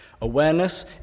Awareness